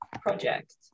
project